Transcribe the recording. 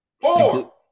Four